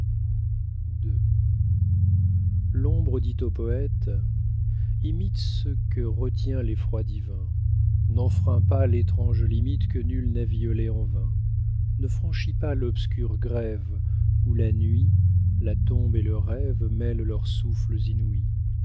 l'ombre dit au poète imite ceux que retient l'effroi divin n'enfreins pas l'étrange limite que nul n'a violée en vain ne franchis pas l'obscure grève où la nuit la tombe et le rêve mêlent leurs souffles inouïs